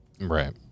Right